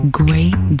great